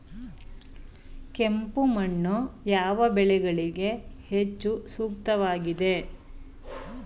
ಕೆಂಪು ಮಣ್ಣು ಯಾವ ಬೆಳೆಗಳಿಗೆ ಹೆಚ್ಚು ಸೂಕ್ತವಾಗಿದೆ?